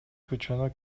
күчүнө